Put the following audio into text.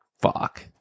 fuck